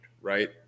right